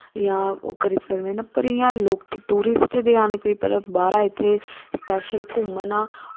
जियां ओह् करी सकदे न पर इयां टूरिस्ट दे आने बाह्रा इत्थें सपैशल घूमना